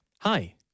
Hi